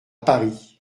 paris